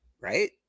right